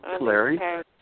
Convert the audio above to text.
Larry